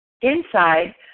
inside